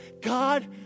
God